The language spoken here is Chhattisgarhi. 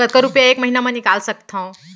कतका रुपिया एक महीना म निकाल सकथव?